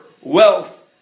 wealth